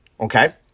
Okay